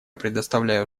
предоставляю